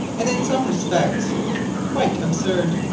and in some respects quite absurd,